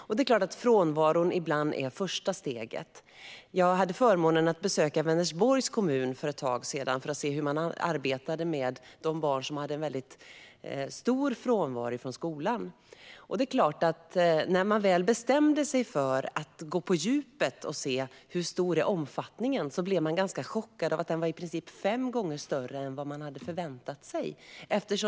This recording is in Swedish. Ibland är frånvaron första steget. Jag hade förmånen att besöka Vänersborgs kommun för ett tag sedan för att se hur de arbetar med barn som har stor frånvaro från skolan. När de väl bestämde sig för att gå på djupet och se hur stor omfattningen var blev de ganska chockade över att den var i princip fem gånger större än vad de hade förväntat sig.